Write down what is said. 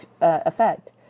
effect